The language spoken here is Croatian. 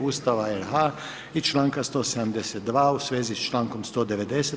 Ustava RH i članka 172. u svezi s člankom 190.